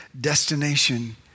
destination